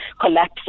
collapse